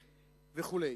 וכו'.